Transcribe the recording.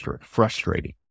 frustrating